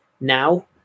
now